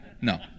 No